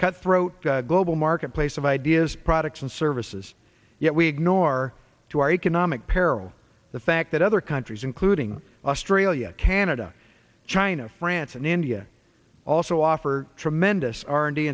cutthroat global marketplace of ideas products and services yet we ignore to our economic peril the fact that other countries including australia canada china france and india also offer tremendous